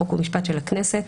חוק ומשפט של הכנסת,